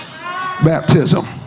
baptism